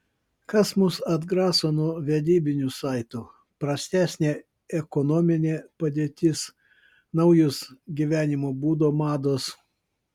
kas mus atgraso nuo vedybinių saitų prastesnė ekonominė padėtis naujos gyvenimo būdo mados